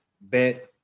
bet